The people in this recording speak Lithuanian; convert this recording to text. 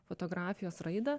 fotografijos raidą